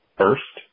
first